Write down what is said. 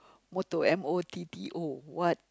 motto M_O_T_T_O what